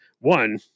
One